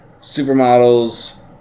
supermodels